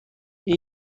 این